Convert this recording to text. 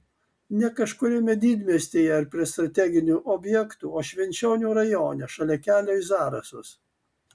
ne kažkuriame didmiestyje ar prie strateginių objektų o švenčionių rajone šalia kelio į zarasus